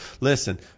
Listen